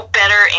better